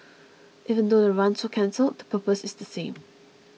even though the runs are cancelled the purpose is the same